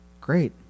Great